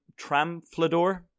Tramflador